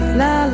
la